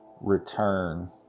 return